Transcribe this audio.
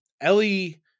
Ellie